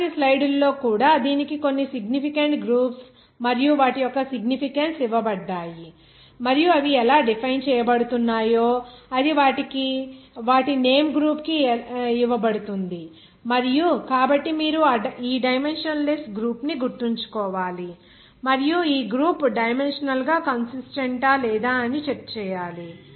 తరువాతి స్లయిడ్లో కూడా దీనికి కొన్ని సిగ్నిఫికెంట్ గ్రూప్స్ మరియు వాటి యొక్క సిగ్నిఫికెన్స్ ఇవ్వబడ్డాయి మరియు అవి ఎలా డిఫైన్ చేయబడుతున్నాయో అది వాటి నేమ్ గ్రూప్ కి ఇవ్వబడుతుంది మరియు కాబట్టి మీరు ఈ డైమెన్షన్ లెస్ గ్రూప్ ని గుర్తుంచుకోవాలి మరియు ఈ గ్రూప్ డైమెన్షనల్ గా కన్సిస్టెంటా కాదా అని చెక్ చేయాలి